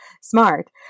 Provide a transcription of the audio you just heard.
smart